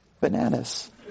bananas